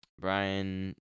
Brian